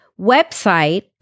website